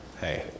Hey